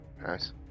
Nice